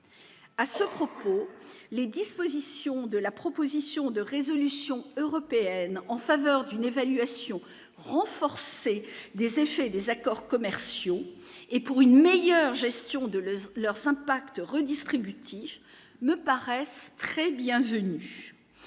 à ce propos, les dispositions de la proposition de résolution européenne en faveur d'une évaluation renforcée des effets des accords commerciaux et pour une meilleure gestion de Deleuze leur s'impact redistributif me paraissent très je